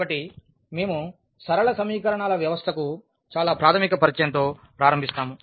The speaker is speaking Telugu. కాబట్టి మేము సరళ సమీకరణాల వ్యవస్థకు చాలా ప్రాథమిక పరిచయం తో ప్రారంభిస్తాము